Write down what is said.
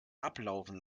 ablaufen